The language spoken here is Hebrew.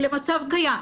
למצב קיים,